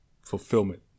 fulfillment